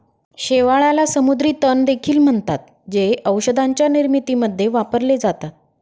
शेवाळाला समुद्री तण देखील म्हणतात, जे औषधांच्या निर्मितीमध्ये वापरले जातात